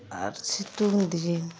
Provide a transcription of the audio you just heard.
ᱟᱨ ᱥᱤᱛᱩᱝᱫᱤᱱ